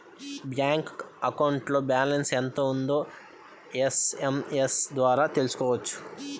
bank అకౌంట్లో balance ఎంత ఉందో ఎస్ఎంఎస్ ద్వారా తెలుసుకోవచ్చు